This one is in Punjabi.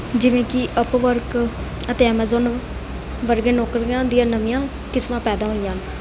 ਜਿਵੇਂ ਕਿ ਅਪਵਰਕ ਅਤੇ ਐਮਜ਼ੋਨ ਵਰਗੀਆਂ ਨੌਕਰੀਆਂ ਦੀਆਂ ਨਵੀਆਂ ਕਿਸਮਾਂ ਪੈਦਾ ਹੋਈਆਂ ਹਨ